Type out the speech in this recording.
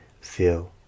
feel